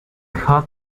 hot